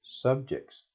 subjects